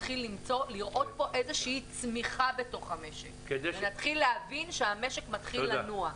נתחיל לראות פה איזושהי צמיחה בתוך המשק ונתחיל להבין שהמשק מתחיל לנוע.